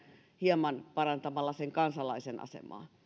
hieman parantamalla kansalaisen asemaa